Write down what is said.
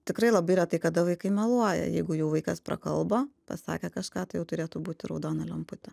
tikrai labai retai kada vaikai meluoja jeigu jau vaikas prakalbo pasakė kažką tai jau turėtų būti raudona lemputė